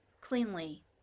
cleanly